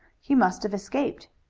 he must have escaped.